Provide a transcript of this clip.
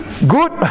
good